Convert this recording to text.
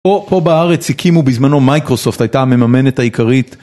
פה פה בארץ הקימו בזמנו מייקרוסופט הייתה המממנת העיקרית.